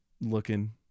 looking